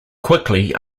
quickly